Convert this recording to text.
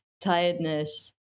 tiredness